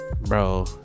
Bro